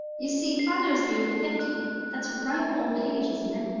you see, father is nearly fifty. that's ripe old age, isn't it?